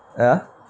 ya